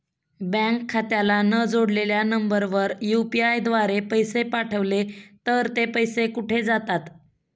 Bank खात्याला न जोडलेल्या नंबरवर यु.पी.आय द्वारे पैसे पाठवले तर ते पैसे कुठे जातात?